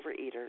overeaters